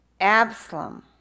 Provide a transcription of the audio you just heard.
Absalom